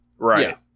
Right